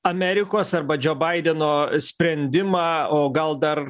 amerikos arba džio baideno sprendimą o gal dar